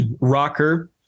Rocker